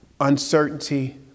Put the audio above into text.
uncertainty